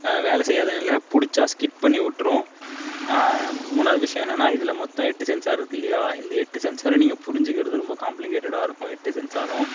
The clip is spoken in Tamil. வேலை செய்யாதுன்னுல்ல பிடுச்சா ஸ்கிட் பண்ணி உற்றும் மூணாவது விஷயம் என்னெனா இதில் மொத்தம் எட்டு சென்சார்ருக்கு இல்லையா இந்த எட்டு சென்சார் நீங்கள் புரிஞ்சுக்கிறது ரொம்ப காம்ப்ளிகேட்டடாயிருக்கும் எட்டு சென்சாரும்